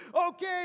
okay